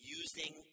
using